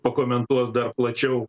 pakomentuos dar plačiau